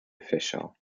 official